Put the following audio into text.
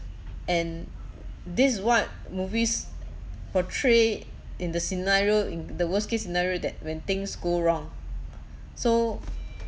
and this is what movies portray in the scenario in the worst case scenario that when things go wrong so